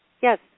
Yes